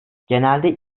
genelde